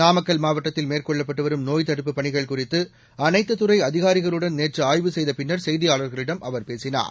நாமக்கல் மாவட்டத்தில் மேற்கொள்ளப்பட்டு வரும் நோய்த் தடுப்புப் பணிகள் குறித்து அனைத்துத் துறை அதிகாரிகளுடன் நேற்று ஆய்வு செய்த பின்னர் செய்தியாளர்களிடம் அவர் பேசினார்